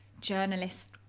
journalist